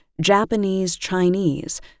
Japanese-Chinese